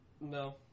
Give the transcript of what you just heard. No